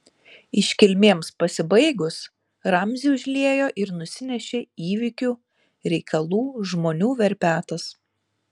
iškilmėms pasibaigus ramzį užliejo ir nusinešė įvykių reikalų žmonių verpetas